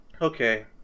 Okay